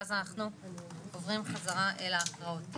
ואז נעבור חזרה אל ההקראות.